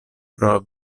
pro